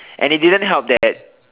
and it didn't help that